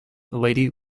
lady